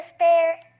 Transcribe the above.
despair